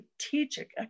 strategic